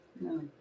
No